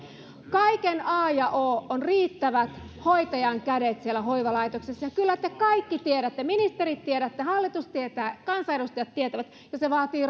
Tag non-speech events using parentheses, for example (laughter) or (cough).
kaiken a ja o on riittävät hoitajan kädet siellä hoivalaitoksissa ja kyllä te kaikki tiedätte ministerit tiedätte hallitus tietää kansanedustajat tietävät että se vaatii (unintelligible)